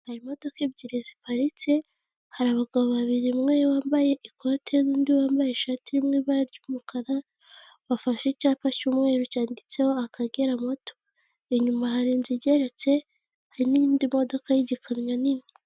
Hari imodoka ebyiri ziparitse, hari abagabo babiri umwe wambaye ikote n'undi wambaye ishati iri mu ibara ry'umukara, bafashe icyapa cy'umweru cyanditseho Akagera moto, inyuma hari inzu igeretse hari n'indi modoka y'igikamyo nini.